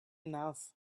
enough